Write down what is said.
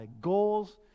goals